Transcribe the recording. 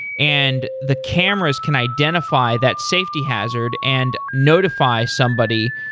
and the cameras can identify that safety hazard and notify somebody,